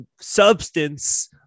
substance